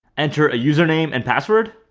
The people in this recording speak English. enter a username and password